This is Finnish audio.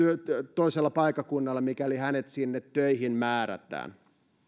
toisella paikkakunnalla mikäli hänet sinne töihin määrätään